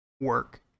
work